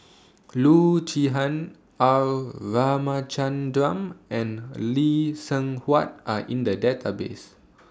Loo Zihan R Ramachandran and Lee Seng Huat Are in The Database